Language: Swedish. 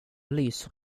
lyser